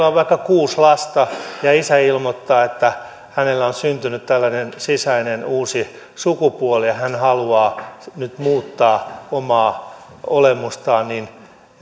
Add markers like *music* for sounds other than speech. *unintelligible* on vaikka kuusi lasta ja isä ilmoittaa että hänellä on on syntynyt tällainen sisäinen uusi sukupuoli ja hän haluaa nyt muuttaa omaa olemustaan niin